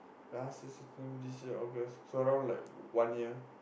last year September this year August so around like one year